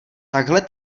takhle